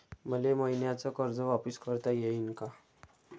मले मईन्याचं कर्ज वापिस करता येईन का?